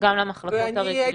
גם למחלקות הרגילות.